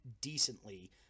decently